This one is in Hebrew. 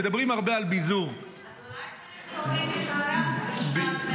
מדברים הרבה על ביזור --- אז אולי צריך להוריד את הרף בשנת מלחמה.